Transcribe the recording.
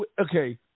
Okay